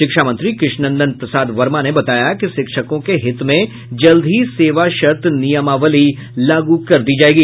शिक्षा मंत्री कृष्ण नंदन प्रसाद वर्मा ने बताया कि शिक्षकों के हित में जल्द ही सेवा शर्त नियमावली लागू कर दी जायेगी